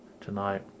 tonight